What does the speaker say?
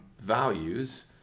values